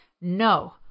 No